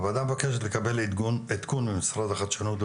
הוועדה מבקשת לקבל עדכון ממשרד החדשנות,